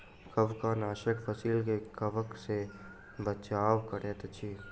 कवकनाशक फसील के कवक सॅ बचाव करैत अछि